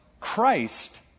Christ